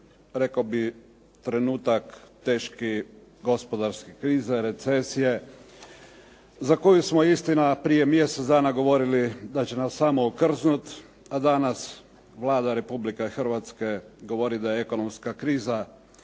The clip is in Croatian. rekao bih, trenutak teške gospodarske krize, recesije za koju smo istina prije mjesec dana govorili da će nas samo okrznuti, a danas Vlada Republike Hrvatske govori da ekonomska kriza,